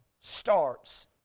starts